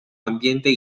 ambiente